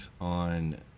on